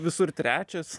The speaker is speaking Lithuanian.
visur trečias